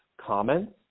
comments